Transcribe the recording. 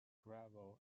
gravel